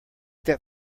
that